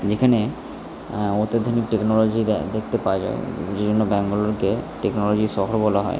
যেখানে অত্যাধুনিক টেকনোলজি দেকতে পাওয়া যায় যে জন্য ব্যাঙ্গালোরকে টেকনোলজি শহর বলা হয়